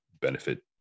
benefit